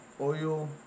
Oil